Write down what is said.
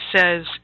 says